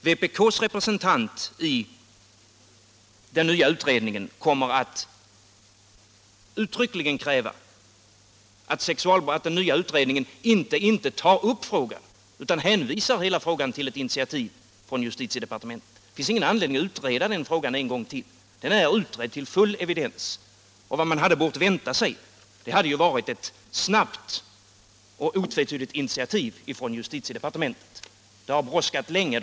Vpk:s representant i den nya utredningen kommer att uttryckligen kräva att den nya utredningen inte tar upp denna fråga utan hänvisar hela frågan till ett initiativ från justitiedepartementet. Det finns ingen anledning att utreda frågan en gång till. Den är utredd till full evidens. Vad man borde ha kunnat vänta sig hade varit ett snabbt och otvetydigt initiativ från justitiedepartementet. Det har brådskat länge.